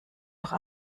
durch